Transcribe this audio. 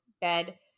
bed